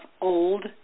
old